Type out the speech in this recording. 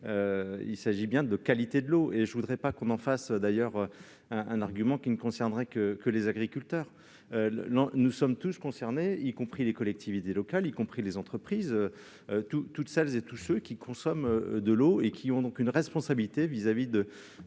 il s'agit bien de qualité de l'eau, et je ne voudrais pas que l'on en fasse un argument qui ne concernerait que les agriculteurs. Nous sommes tous concernés, y compris les collectivités locales, les entreprises, tous ceux qui consomment de l'eau, qui portent donc une responsabilité vis-à-vis de